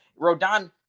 Rodon